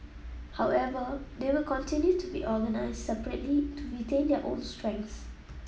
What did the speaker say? however they will continue to be organised separately to retain their own strengths